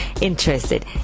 interested